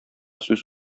сүз